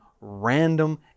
random